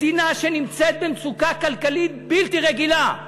מדינה שנמצאת במצוקה כלכלית בלתי רגילה,